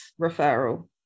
referral